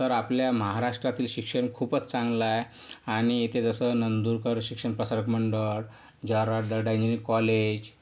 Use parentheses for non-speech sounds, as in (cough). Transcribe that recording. तर आपल्या महाराष्ट्रातील शिक्षण खूपच चांगलं आहे आणि इथे जसं नंदुरकर शिक्षण प्रसारक मंडळ (unintelligible) दर्डा कॉलेज